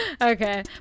Okay